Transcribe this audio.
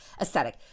aesthetic